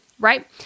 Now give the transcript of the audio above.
right